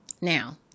Now